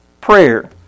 prayer